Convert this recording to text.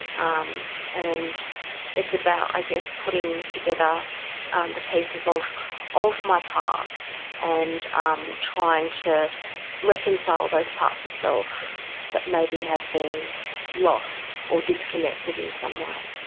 um and it's about i guess putting together um the pieces of of my past and um trying to reconcile those parts of self that maybe have been lost or disconnected in some way.